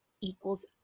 equals